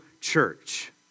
church